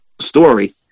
story